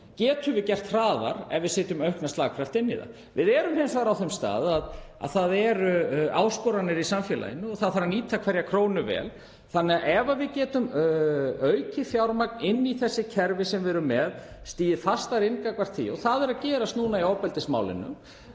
getum við gert hraðar ef við setjum aukinn slagkraft inn í það. Við erum hins vegar á þeim stað að það eru áskoranir í samfélaginu og það þarf að nýta hverja krónu vel. Ef við getum aukið fjármagn inn í þessi kerfi sem við erum með, stigið fastar inn gagnvart því — það er að gerast núna í ofbeldismálum,